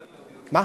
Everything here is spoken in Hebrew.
מה?